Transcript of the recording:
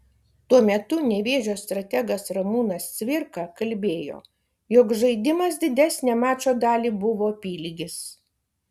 tuo metu nevėžio strategas ramūnas cvirka kalbėjo jog žaidimas didesnę mačo dalį buvo apylygis